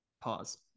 pause